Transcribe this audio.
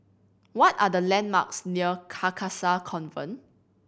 what are the landmarks near Carcasa Convent